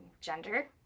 gender